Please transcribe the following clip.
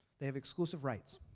they have exclusive rights.